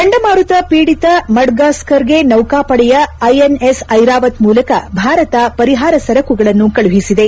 ಚಂಡಮಾರುತ ಪೀಡಿತ ಮಡ್ಲಾಸ್ತರ್ಗೆ ನೌಕಾಪಡೆಯ ಐಎನ್ಎಸ್ಐರಾವತ್ ಮೂಲಕ ಭಾರತ ಪರಿಹಾರ ಸರಕುಗಳನ್ನು ಕಳುಹಿಸಿದೆ